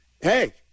hey